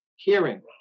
hearing